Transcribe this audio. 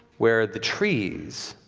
where the trees